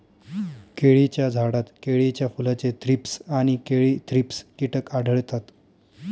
केळीच्या झाडात केळीच्या फुलाचे थ्रीप्स आणि केळी थ्रिप्स कीटक आढळतात